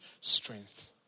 strength